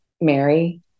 Mary